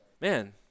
man